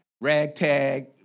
ragtag